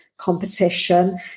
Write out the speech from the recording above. competition